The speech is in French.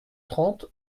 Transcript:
trente